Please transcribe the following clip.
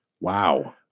Wow